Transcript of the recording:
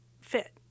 fit